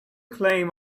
claim